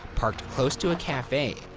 parked close to a cafe,